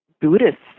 Buddhists